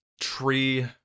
Tree